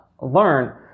learn